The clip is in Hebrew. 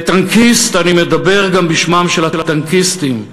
כטנקיסט אני מדבר גם בשמם של הטנקיסטים,